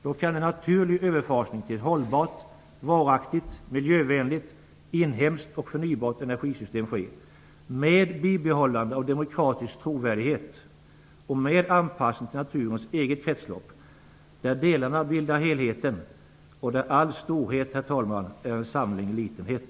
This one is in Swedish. Då kan en naturlig överfasning till ett hållbart, varaktigt, miljövänligt, inhemskt och förnybart energisystem ske, detta med bibehållande av en demokratisk trovärdighet och med anpassning till naturens eget kretslopp där delarna bildar helheten och där all storhet, herr talman, är en samling litenhet.